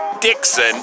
Dixon